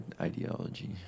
ideology